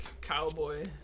Cowboy